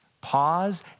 pause